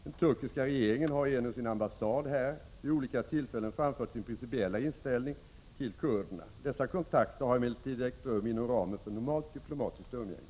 Den turkiska regeringen har genom sin ambassad här vid olika tillfällen framfört sin principiella inställning till kurderna. Dessa kontakter har emellertid ägt rum inom ramen för normalt diplomatiskt umgänge.